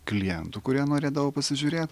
klientų kurie norėdavo pasižiūrėt